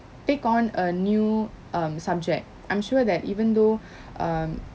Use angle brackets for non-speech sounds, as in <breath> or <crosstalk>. take on a new um subject I'm sure that even though <breath> um